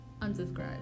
unsubscribe